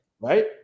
right